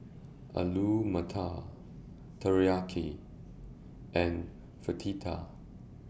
Alu Matar Teriyaki and